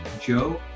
Joe